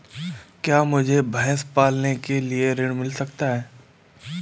क्या मुझे भैंस पालने के लिए ऋण मिल सकता है?